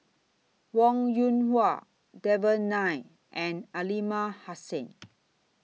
Wong Yoon Wah Devan Nair and Aliman Hassan